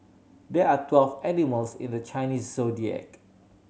there are twelve animals in the Chinese Zodiac